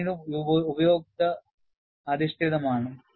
ഇത് വീണ്ടും ഉപയോക്തൃ അധിഷ്ഠിതമാണ്